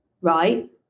right